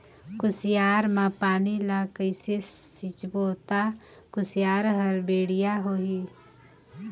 कुसियार मा पानी ला कइसे सिंचबो ता कुसियार हर बेडिया होही?